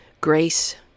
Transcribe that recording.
grace